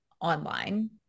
online